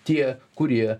tie kurie